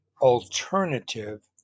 alternative